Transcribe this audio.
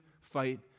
fight